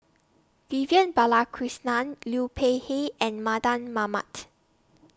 Vivian Balakrishnan Liu Peihe and Mardan Mamat